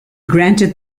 granted